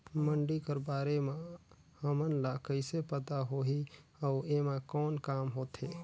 मंडी कर बारे म हमन ला कइसे पता होही अउ एमा कौन काम होथे?